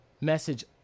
message